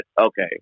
okay